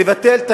רבותי,